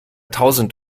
tausend